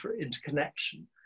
interconnection